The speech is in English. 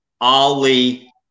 Ali